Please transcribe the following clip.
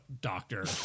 doctor